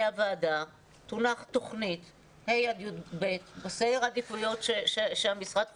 הוועדה תוכנית ה' עד י"ב בסדר העדיפויות שהמשרד חושב,